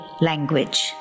language